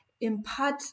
impart